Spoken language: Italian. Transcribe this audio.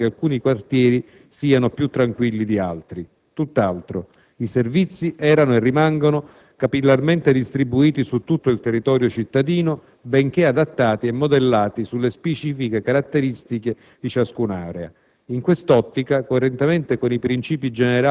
tanto meno sottende una valutazione sul fatto che alcuni quartieri siano più tranquilli di altri. Tutt'altro: i servizi erano e rimangono capillarmente distribuiti su tutto il territorio cittadino, benché adattati e modellati sulle specifiche caratteristiche di ciascuna area.